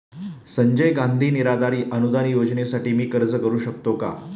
संजय गांधी निराधार अनुदान योजनेसाठी मी अर्ज करू शकतो का?